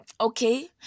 Okay